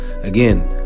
Again